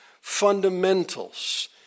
fundamentals